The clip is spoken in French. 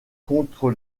contre